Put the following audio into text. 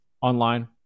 online